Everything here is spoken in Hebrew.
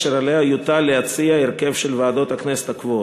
אשר עליה יוטל להציע את ההרכב של ועדות הכנסת הקבועות.